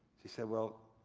she said, well,